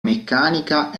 meccanica